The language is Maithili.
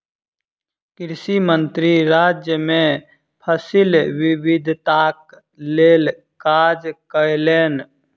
कृषि मंत्री राज्य मे फसिल विविधताक लेल काज कयलैन